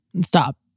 Stop